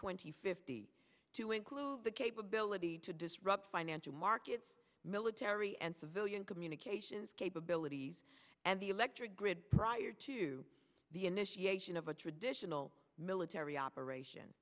twenty fifty to include the capability to disrupt financial markets military and civilian communications capabilities and the electric grid prior to the initiation of a traditional military operation